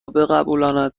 بقبولاند